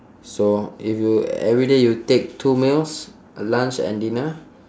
so if you every day you take two meals lunch and dinner